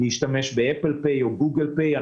להשתמש ב-Apple pay או Google pay.